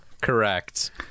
Correct